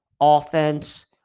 offense